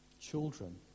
children